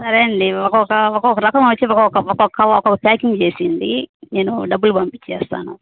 సరే అండి ఒక్కొక్క ఒక్కొక్క రకం వచ్చి ఒొక్క ఒక్కొక్క ఒక్కొక్క ప్యాకింగ్ చెయ్యండి నేను డబ్బులు పంపించేస్తాను